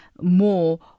more